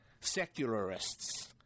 secularists